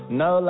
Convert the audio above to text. no